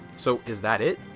so is that it?